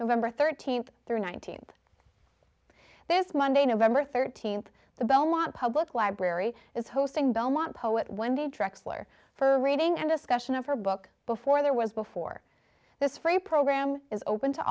november thirteenth they're nineteenth this monday november thirteenth the belmont public library is hosting belmont poet wendy drexler for reading and discussion of her book before there was before this for a program is open to